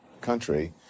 country